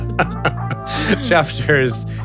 Chapters